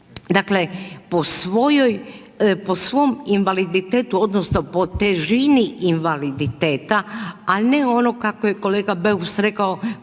Dakle, po svojom invaliditetu odnosno po težini invaliditeta a ne ono kako je kolega Beus rekao,